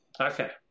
Okay